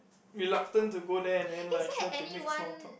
reluctant to go there and then like try to make small talk